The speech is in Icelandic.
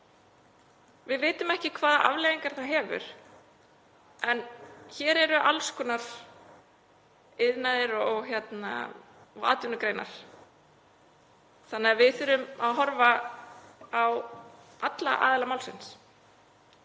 Við vitum ekki hvaða afleiðingar það hefur en hér er alls konar iðnaður og atvinnugreinar þannig að við þurfum að horfa á alla aðila málsins